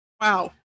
Wow